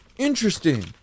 Interesting